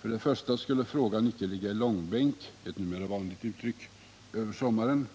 För det första skulle frågan icke ligga i långbänk — ett numera vanligt uttryck — över sommaren.